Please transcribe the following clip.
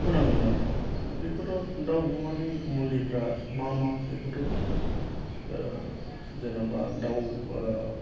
होनांगोन आरो बेखौथ' दाउ अमानि मुलिफ्रा मा मा बेखौथ' जेनेबा दाउ